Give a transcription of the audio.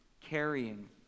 carrying